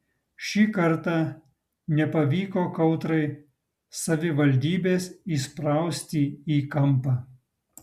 šį kartą nepavyko kautrai savivaldybės įsprausti į kampą